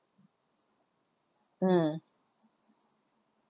mm